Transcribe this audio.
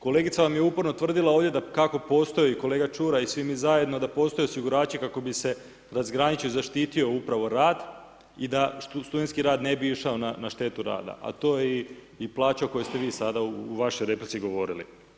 Kolegica vam je uporno tvrdila ovdje, kako postoji kolega Čuraj i svi mi zajedno da postoje osigurači kako bi se razgraničio i zaštiti upravo rad i da studentski rad ne bi išao na štetu rada, a to je i plaća o kojoj ste vi sada u vašoj replici govorili.